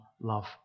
love